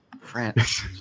France